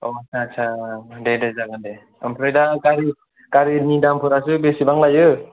औ आस्सा आस्सा दे दे जागोन दे आमफ्राय दा गारिनि दामफोरासो बेसेबां लायो